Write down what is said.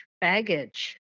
baggage